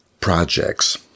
projects